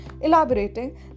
Elaborating